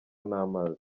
n’amazi